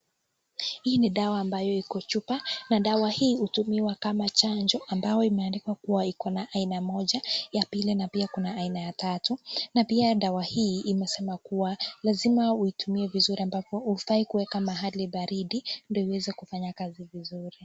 Hii ni dawa ambayo iko kwa chupa na dawa hii hutumiwa kama chanjo ambayo imeandikwa kuwa iko na aina moja ya pili na pia kuna aina ya tatu. Na pia dawa hii imesema kuwa lazima uitumie vizuri ambapo hufai kuweka mahali baridi ndo iweze kufanya kazi vizuri.